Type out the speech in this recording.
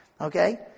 Okay